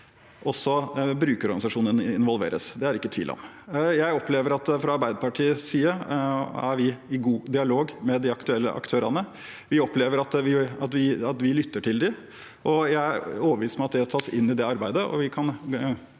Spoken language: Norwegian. også brukerorganisasjonene involveres. Det er det ikke tvil om. Jeg opplever fra Arbeiderpartiets side at vi er i god dialog med de aktuelle aktørene. Vi lytter til dem, og jeg er overbevist om at det tas inn i det arbeidet. Vi kan